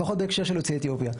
לפחות בהקשר של יוצאי אתיופיה.